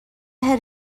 had